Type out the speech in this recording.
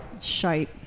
shite